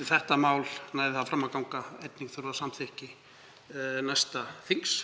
þetta mál, nái það fram að ganga, einnig samþykki næsta þings